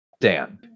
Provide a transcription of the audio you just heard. dan